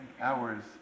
hours